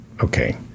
Okay